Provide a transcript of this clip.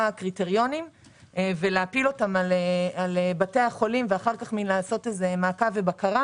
קריטריונים ולהפיל אותם על בתי החולים ואחר כך לעשות מעקב ובקרה